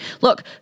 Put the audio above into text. look